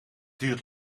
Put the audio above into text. duurt